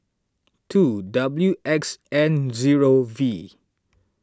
two W X N zero V